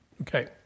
Okay